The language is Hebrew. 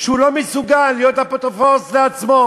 שהוא לא מסוגל להיות אפוטרופוס על עצמו